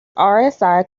rsi